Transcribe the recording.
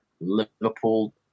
Liverpool